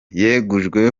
yegujwe